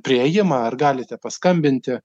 priėjimą ar galite paskambinti